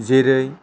जेरै